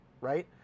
right